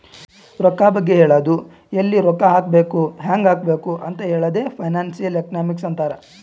ರೊಕ್ಕಾ ಬಗ್ಗೆ ಹೇಳದು ಎಲ್ಲಿ ರೊಕ್ಕಾ ಹಾಕಬೇಕ ಹ್ಯಾಂಗ್ ಹಾಕಬೇಕ್ ಅಂತ್ ಹೇಳದೆ ಫೈನಾನ್ಸಿಯಲ್ ಎಕನಾಮಿಕ್ಸ್ ಅಂತಾರ್